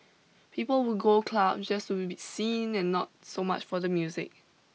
people would go clubs just to be seen and not so much for the music